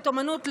קצת אומנות,